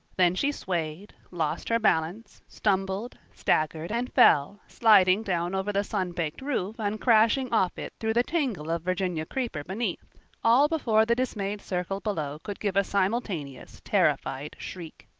then she swayed, lost her balance, stumbled, staggered, and fell, sliding down over the sun-baked roof and crashing off it through the tangle of virginia creeper beneath all before the dismayed circle below could give a simultaneous, terrified shriek.